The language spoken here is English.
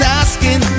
asking